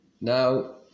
Now